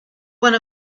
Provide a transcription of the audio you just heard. one